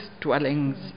dwellings